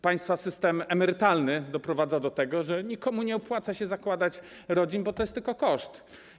Państwa system emerytalny doprowadza do tego, że nikomu nie opłaca się zakładać rodziny - to jest tylko koszt.